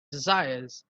desires